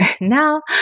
Now